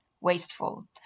wasteful